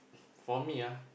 for me